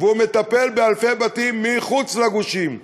והוא מטפל באלפי בתים מחוץ לגושים.